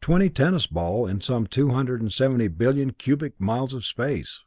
twenty tennis balls in some two hundred and seventy billion cubic miles of space.